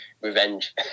revenge